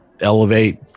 elevate